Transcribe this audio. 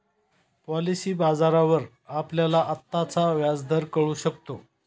policy बाजारावर आपल्याला आत्ताचा व्याजदर कळू शकतो